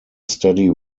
steady